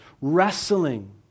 wrestling